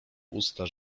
usta